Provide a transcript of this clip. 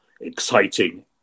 exciting